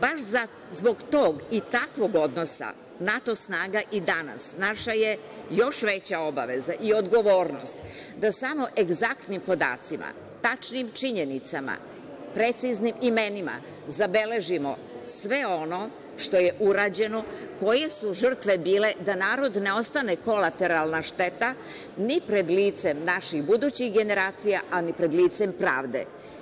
Baš zbog tog i takvog odnosa, NATO snaga i danas, naša je još veća obaveza i odgovornost da samo egzaktnim podacima, tačnim činjenicama, preciznim imenima zabeležimo sve ono što je urađeno, koje su žrtve bile da narod ne ostane kolateralna šteta, ni pred licem naših budućih generacija, a ni pred licem pravde.